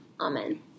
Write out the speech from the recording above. Amen